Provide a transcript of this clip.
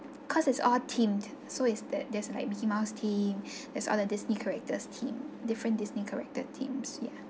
cause it's all themed so it's there there's like mickey mouse theme there's all the disney characters theme different disney character themes yeah